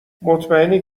مطمئنی